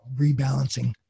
rebalancing